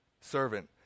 servant